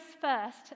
first